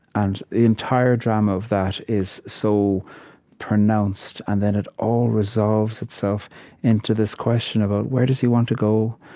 and the entire drama of that is so pronounced. and then it all resolves itself into this question about where does he want to go,